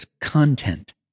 content